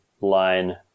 line